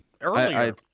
Earlier